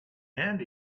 and